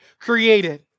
created